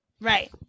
Right